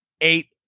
eight